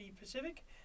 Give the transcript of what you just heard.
Pacific